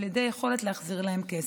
על ידי יכולת להחזיר להם כסף.